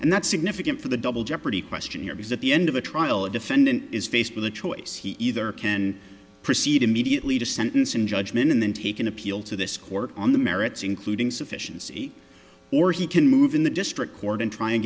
and that's significant for the double jeopardy question here because at the end of a trial a defendant is faced with a choice he either can proceed immediately to sentence in judgment and then he can appeal to this court on the merits including sufficiency or he can move in the district court and try and